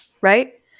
right